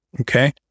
Okay